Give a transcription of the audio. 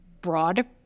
broad